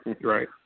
right